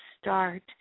start